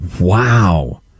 Wow